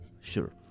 sure